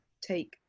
take